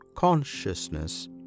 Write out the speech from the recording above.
consciousness